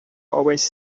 always